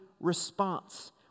response